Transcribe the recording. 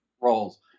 roles